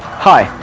hi,